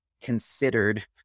considered